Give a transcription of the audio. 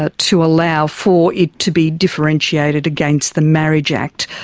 ah to allow for it to be differentiated against the marriage act,